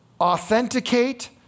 authenticate